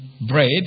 bread